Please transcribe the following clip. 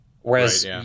whereas